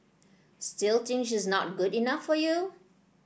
still think she's not good enough for you